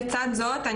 לצד זאת,